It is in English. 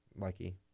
Lucky